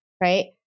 right